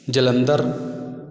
Jalandhar